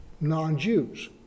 non-Jews